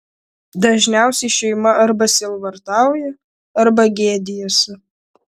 dažniausiai šeima arba sielvartauja arba gėdijasi